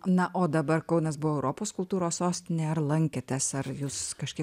na o dabar kaunas buvo europos kultūros sostinė ar lankėtės ar jūs kažką